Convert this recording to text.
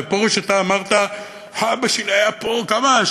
ופרוש, אתה אמרת: האבא שלי היה פה, כמה?